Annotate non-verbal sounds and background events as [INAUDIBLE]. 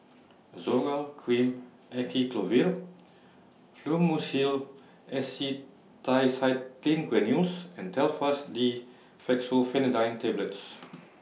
Zoral Cream Acyclovir Fluimucil Acetylcysteine Granules and Telfast D Fexofenadine Tablets [NOISE]